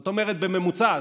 זאת אומרת שבממוצע,